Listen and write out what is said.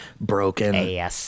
broken